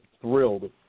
thrilled